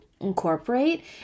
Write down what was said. incorporate